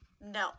No